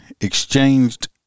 exchanged